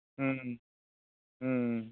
ᱦᱩᱸ ᱦᱩᱸ